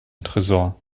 tresor